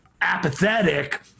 apathetic